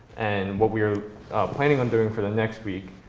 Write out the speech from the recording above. and what we were planning on doing for the next week.